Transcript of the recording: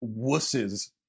wusses